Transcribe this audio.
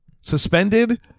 suspended